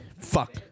Fuck